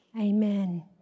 Amen